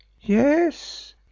Yes